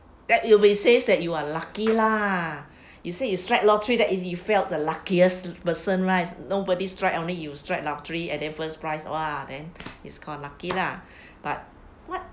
that you may says that you are lucky lah you say you strike lottery that is you felt the luckiest person right nobody strike only you strike lottery and then first price !wah! then is called lucky lah but what